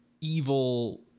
evil